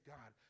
God